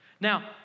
Now